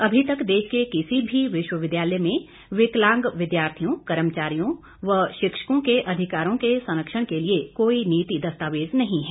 अभी तक देश के किसी भी विश्वविद्यालय में विकलांग विद्यार्थियों कर्मचारियों व शिक्षकों के अधिकारों के संरक्षण के लिए कोई नीति दस्तावेज नहीं है